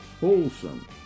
Wholesome